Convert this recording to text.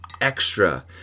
extra